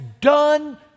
done